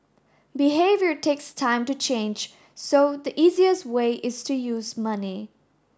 behaviour takes time to change so the easiest way is to use money